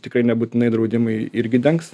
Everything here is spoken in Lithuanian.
tikrai nebūtinai draudimai irgi dengs